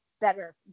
better